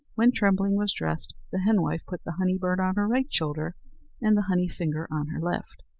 when trembling was dressed, the henwife put the honey-bird on her right shoulder and the honey-finger on her left.